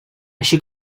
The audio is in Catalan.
així